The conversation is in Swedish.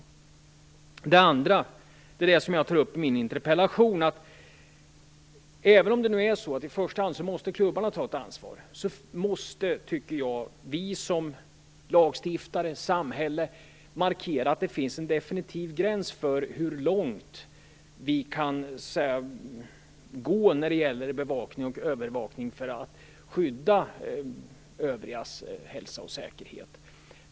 För det andra menar jag - vilket jag också tar upp i min interpellation - att även om klubbarna i första hand måste ta ett ansvar måste vi som lagstiftare, samhälle, markera att det finns en definitiv gräns för hur långt vi kan gå när det gäller bevakning och övervakning för att skydda övriga åskådares hälsa och säkerhet.